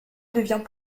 devient